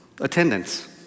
attendance